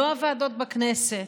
לא הוועדות בכנסת,